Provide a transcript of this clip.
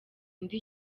undi